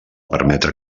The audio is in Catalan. permetre